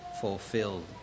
fulfilled